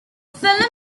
film